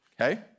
okay